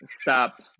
Stop